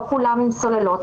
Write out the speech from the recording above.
לא כולם עם סוללות.